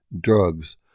drugs